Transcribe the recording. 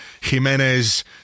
Jimenez